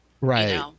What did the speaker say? Right